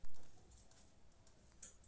धान आ गहूम तैयारी लेल ई सबसं उपयुक्त होइ छै